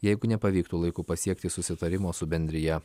jeigu nepavyktų laiku pasiekti susitarimo su bendrija